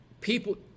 people